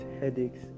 headaches